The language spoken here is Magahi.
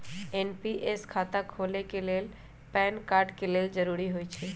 एन.पी.एस खता खोले के लेल पैन कार्ड लेल जरूरी होइ छै